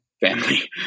family